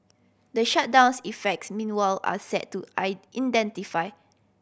the shutdown's effects meanwhile are set to I intensify